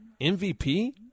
MVP